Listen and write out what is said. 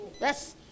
yes